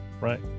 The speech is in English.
right